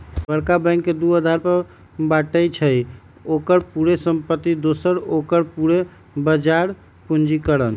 बरका बैंक के दू अधार पर बाटइ छइ, ओकर पूरे संपत्ति दोसर ओकर पूरे बजार पूंजीकरण